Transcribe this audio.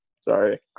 Sorry